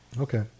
Okay